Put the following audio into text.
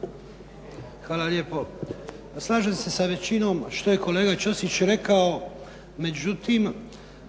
Šime (SDP)** Hvala lijepo. Slažem se sa većinom što je kolega Ćosić rekao,